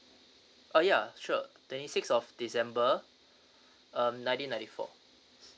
oh ya sure twenty six of december uh nineteen ninety four